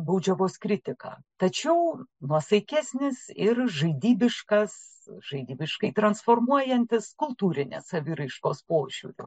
baudžiavos kritika tačiau nuosaikesnis ir žaidybiškas žaidybiškai transformuojantis kultūrinės saviraiškos požiūriu